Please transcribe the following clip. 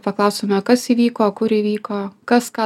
paklausiame kas įvyko kur įvyko kas ką